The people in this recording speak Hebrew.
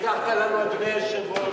הבטחת לנו, אדוני היושב-ראש.